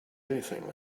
anything